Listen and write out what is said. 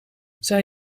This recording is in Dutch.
zij